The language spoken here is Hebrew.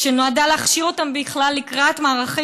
שנועד להכשיר אותם בכלל לקראת מערכי